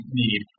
need